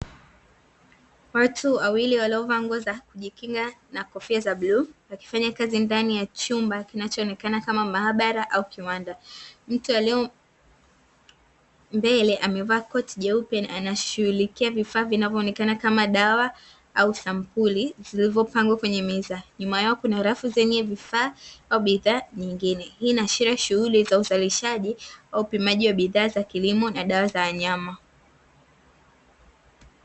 Watu wawili waliovaa nguo za kujikinga na kofia za bluu wakifanya kazi ndani ya chumba kinacho onekana kama maabara au kiwanda, mtu alie mbele amevaa koti jeupe na anashughulikia vifaa vinavyoonekana kama dawa au sampuli zilizopangwa kwenye meza, nyuma yao kuna rafu zenye vifaa au bidhaa nyingine hii inaashiria shughuli za uzalishaji au upimaji wa bidhaa za kilimo na dawa za wanyama.